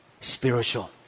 Spiritual